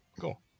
cool